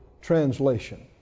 translation